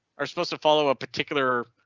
are supposed to follow a particular.